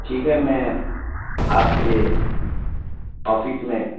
ٹھیک ہے میں آپ کے آفس میں